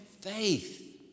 faith